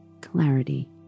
clarity